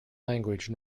language